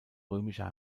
römischer